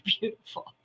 beautiful